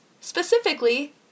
specifically